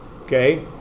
Okay